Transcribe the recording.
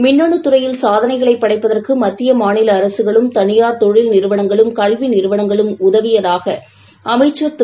மின்னணு துறையில் சாதனைகளை படைப்பதற்கு மத்திய மாநில அரசுகளும் தனியார் தொழில் நிறுவனங்களும் கல்வி நிறுவனங்களும் உதவியதாக அமைச்சர் திரு